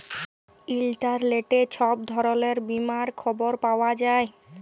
ইলটারলেটে ছব ধরলের বীমার খবর পাউয়া যায়